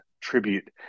tribute